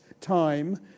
time